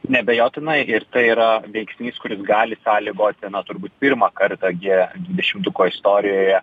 neabejotinai ir tai yra veiksnys kuris gali sąlygoti na turbūt pirmą kartą gie dvidešimtuko istorijoje